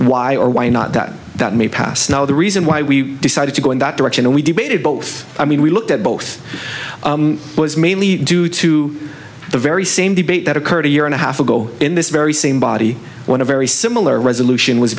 why or why not that that may pass now the reason why we decided to go in that direction and we debated both i mean we looked at both was mainly due to the very same debate that occurred a year and a half ago in this very same body when a very similar resolution was